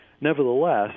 Nevertheless